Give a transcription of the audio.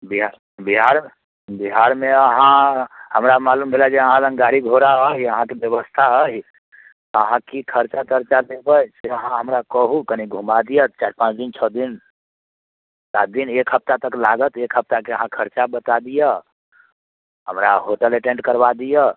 बिहार बिहार बिहारमे अहाँ हमरा मालूम भेल हँ जे अहाँ लग गाड़ी घोड़ा अइ अहाँकेँ व्यवस्था अइ अहाँ की खर्चा तर्चा लेबै से अहाँ हमरा कहू कनी घूमा दिअ चारि पाँच दिन छओ दिन सात दिन एक हप्ताह तक लागत एक हप्ताहके अहाँ खर्चा बता दिअ हमरा होटल अटेंड करबा दिअ